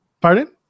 Pardon